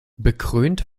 bekrönt